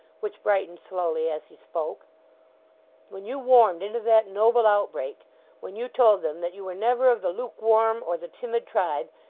which brightened slowly as he spoke when you warmed into that noble outbreak when you told them that you were never of the lukewarm or the timid tribe,